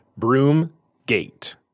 Broomgate